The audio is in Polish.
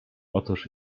otóż